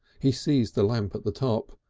he seized the lamp at the top.